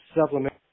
supplement